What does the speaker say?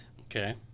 Okay